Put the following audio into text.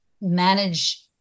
manage